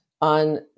on